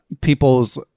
people's